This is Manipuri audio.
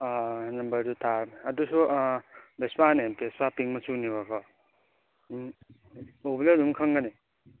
ꯑꯥ ꯅꯝꯕꯔꯗꯨ ꯇꯥꯔꯕꯅꯤ ꯑꯗꯨꯁꯨ ꯑꯥ ꯚꯦꯁꯄꯥꯅꯦ ꯚꯦꯁꯄꯥ ꯄꯤꯡ ꯃꯆꯨꯅꯦꯕꯀꯣ ꯎꯝ ꯎꯕꯗ ꯑꯗꯨꯝ ꯈꯪꯒꯅꯤ